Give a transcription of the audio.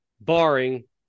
barring